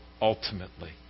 ultimately